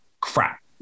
crap